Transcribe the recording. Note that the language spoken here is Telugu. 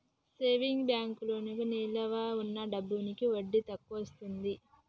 సేవింగ్ బ్యాంకులో నిలవ ఉన్న డబ్బులకి వడ్డీ తక్కువొస్తది